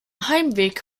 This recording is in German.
heimweg